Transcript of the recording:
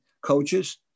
coaches